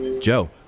Joe